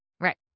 right